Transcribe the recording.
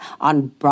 on